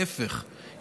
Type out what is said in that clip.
ההפך,